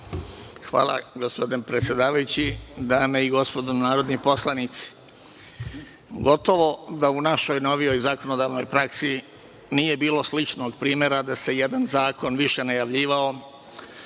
Hvala, gospodine predsedavajući. Dame i gospodo narodni poslanici, gotovo da u našoj novijoj zakonodavnoj praksi nije bilo sličnog primera da se jedan zakon više najavljivao,